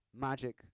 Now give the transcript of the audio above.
magic